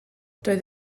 doedd